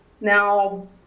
now